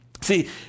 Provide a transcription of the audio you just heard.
See